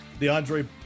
DeAndre